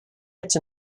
hit